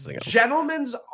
gentlemen's